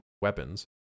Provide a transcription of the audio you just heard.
weapons